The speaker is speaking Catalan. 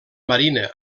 marina